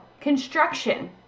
Construction